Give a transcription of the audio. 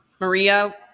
Maria